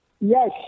Yes